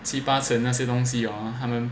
那些东西 hor 他们